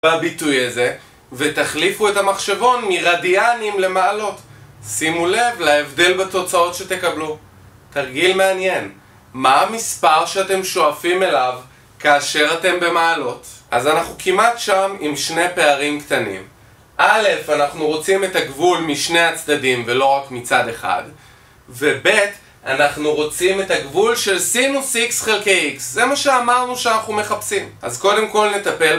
בביטוי הזה ותחליפו את המחשבון מרדיאנים למעלות. שימו לב להבדיל בתוצאות שתקבלו. תרגיל מעניין מה המספר שאתם שואפים אליו כאשר אתם במעלות? אז אנחנו כמעט שם עם שני פערים קטנים א', אנחנו רוצים את הגבול משני הצדדים ולא רק מצד אחד וב', אנחנו רוצים את הגבול של סינוס X חלקי X זה מה שאמרנו שאנחנו מחפשים אז קודם כל נטפל